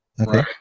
Okay